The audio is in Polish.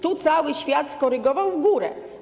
Tu cały świat skorygował w górę.